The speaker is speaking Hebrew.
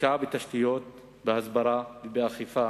השקעה בתשתיות, בהסברה ובאכיפה